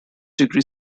degree